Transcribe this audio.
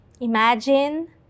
Imagine